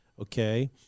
okay